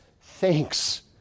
thanks